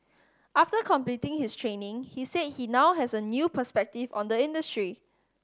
after completing his training he said he now has a new perspective on the industry